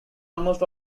almost